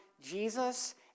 Jesus